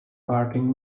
parting